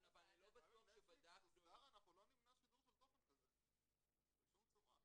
אנחנו לא נמנע שידור של תוכן כזה בשום צורה.